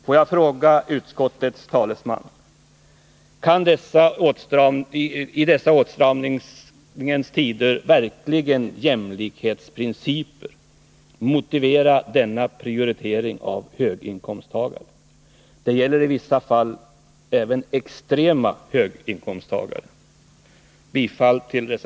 Får jag fråga utskottets talesman: Kan i dessa åtstramningens tider verkligen jämlikhetsprinciper motivera denna prioritering av höginkomsttagare? Det gäller i vissa fall personer med extremt hög inkomst.